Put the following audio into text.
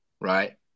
right